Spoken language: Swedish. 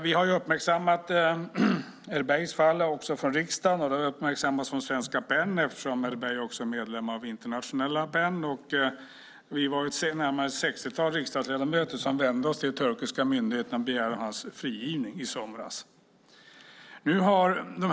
Vi har uppmärksammat Erbeys fall också från riksdagen, och det har uppmärksammats från Svenska PEN, eftersom Erbey också är medlem av Internationella PEN. Vi var närmare 60 riksdagsledamöter som vände oss till de turkiska myndigheterna och begärde hans frigivning i somras.